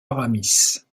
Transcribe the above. aramis